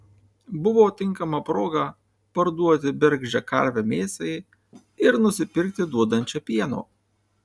buvo tinkama proga parduoti bergždžią karvę mėsai ir nusipirkti duodančią pieno